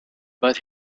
but